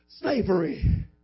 slavery